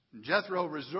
Jethro